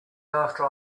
after